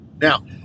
Now